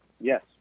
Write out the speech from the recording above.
Yes